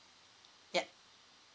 yup